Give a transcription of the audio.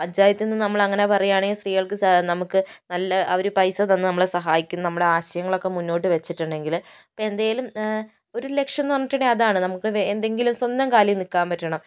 പഞ്ചായത്തിൽ നിന്ന് നമ്മൾ അങ്ങനെ പറയുകയാണേൽ സ്ത്രീകൾക്ക് നമുക്ക് നല്ല അവര് പൈസ തന്ന് നമ്മളെ സഹായിക്കും നമ്മുടെ ആശയങ്ങൾ ഒക്കെ മുന്നോട്ട് വെച്ചിട്ടുണ്ടെങ്കില് ഇപ്പോൾ എന്തേലും ഒരു ലക്ഷം എന്ന് പറഞ്ഞിട്ടുണ്ടെൽ അതാണ് നമുക്ക് എന്തെങ്കിലും സ്വന്തം കാലിൽ നിൽക്കാൻ പറ്റണം